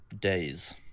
days